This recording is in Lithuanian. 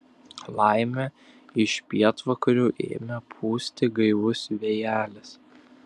laimė iš pietvakarių ėmė pūsti gaivus vėjelis